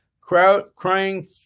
Crying